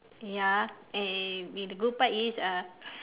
ya uh and the good part is uh